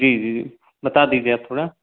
जी जी जी बता दीजिए आप थोड़ा